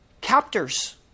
captors